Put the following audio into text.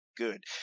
good